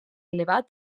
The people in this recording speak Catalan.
elevat